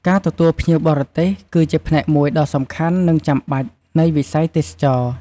ការទទួលភ្ញៀវបរទេស គឺជាផ្នែកមួយដ៏សំខាន់និងចាំបាច់នៃ វិស័យទេសចរណ៍។